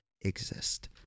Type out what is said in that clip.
exist